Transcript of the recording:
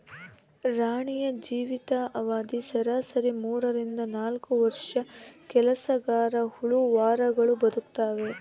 ರಾಣಿಯ ಜೀವಿತ ಅವಧಿ ಸರಾಸರಿ ಮೂರರಿಂದ ನಾಲ್ಕು ವರ್ಷ ಕೆಲಸಗರಹುಳು ವಾರಗಳು ಬದುಕ್ತಾವೆ